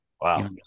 Wow